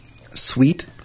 sweet